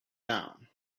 down